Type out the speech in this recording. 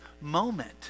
moment